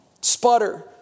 sputter